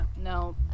No